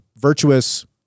virtuous